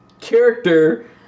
character